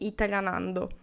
Italianando